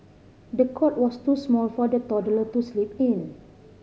the cot was too small for the toddler to sleep in